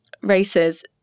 races